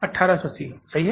1880 सही है